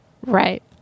right